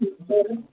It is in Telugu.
ఏమి చెప్పారు